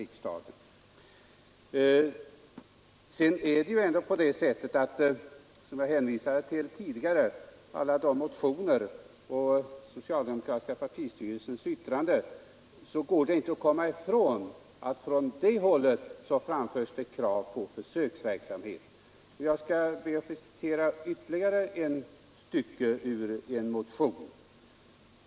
Vidare är det väl också så, som jag hänvisade till tidigare, att genom alla motioner och socialdemokratiska partistyrelsens yttrande framförs det krav på försöksverksamhet. Jag skall be att få återge ytterligare ett uttalande.